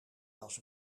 was